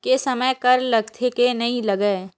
के समय कर लगथे के नइ लगय?